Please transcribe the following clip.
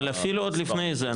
אבל אפילו עוד לפני זה,